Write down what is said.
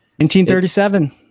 1937